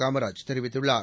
காமராஜ் தெரிவித்துள்ளார்